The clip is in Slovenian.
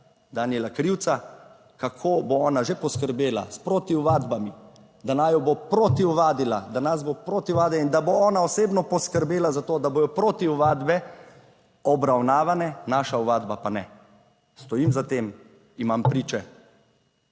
Danijela Krivca, kako bo ona že poskrbela s protiovadbami, da naju bo protiovadila, da nas bo protiovadila in da bo ona osebno poskrbela za to, da bodo protiovadbe obravnavane, naša ovadba pa ne. Stojim za tem, imam priče,